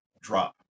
drop